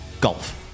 golf